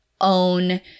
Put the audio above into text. own